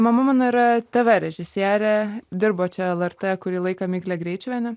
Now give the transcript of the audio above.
mama mano yra tv režisierė dirbo čia lrt kurį laiką miglė greičiuvienė